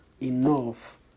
enough